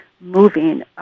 moving